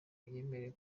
yemerewe